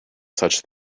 such